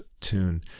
tune